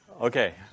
Okay